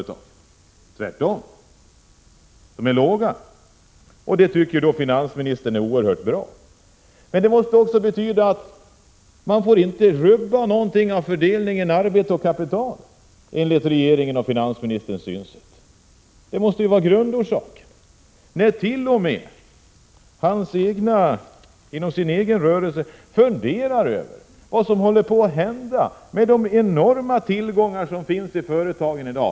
1986/87:135 företagen. 3juni 1987 Att lönerna är låga tycker finansministern är oerhört bra. Men detmåse ——— betyda att man inte får rubba någonting av fördelningen mellan arbete och = Socialavgifter på vinstkapital, enligt regeringens och finansministerns synsätt. andelar T.o.m. folk inom finansministerns egen rörelse funderar över vad som håller på att hända med de enorma tillgångar som finns i företagen i dag.